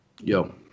Yo